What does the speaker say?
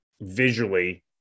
visually